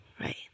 right